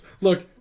look